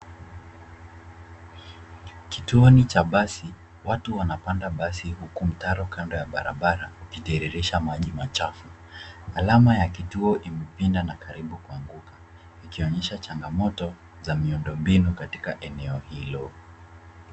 Kituoni cha basi watu wanapanda basi huku mtaro kando ya barabara ukitiririsha maji machafu. Alama ya kituo imepinda na karibu kuanguka ikinyesha changamoto za miundo mbinu katika eneo hilo.